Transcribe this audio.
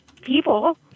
people